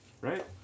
Right